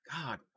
god